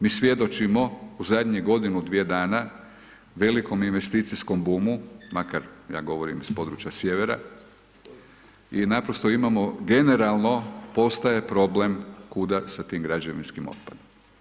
Mi svjedočimo u zadnje godinu, dvije dana, velikom investicijskom bumu, makar, ja govorim s područja sjevera, i naprosto imamo, generalno postaje problem kuda sa tim građevinskim otpadom.